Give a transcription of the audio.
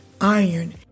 iron